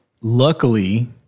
luckily